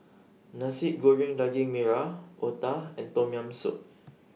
Nasi Goreng Daging Merah Otah and Tom Yam Soup